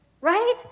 Right